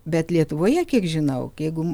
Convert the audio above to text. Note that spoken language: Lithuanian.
bet lietuvoje kiek žinau jeigu